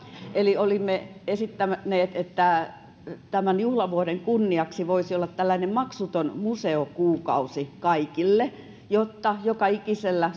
olimme esittäneet että tämän juhlavuoden kunniaksi voisi olla tällainen maksuton museokuukausi kaikille jotta joka ikisellä